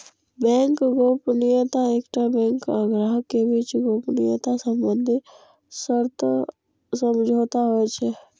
bank गोपनीयता एकटा bank आ ग्राहक के बीच गोपनीयता संबंधी सशर्त समझौता होइ छै